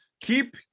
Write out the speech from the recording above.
Keep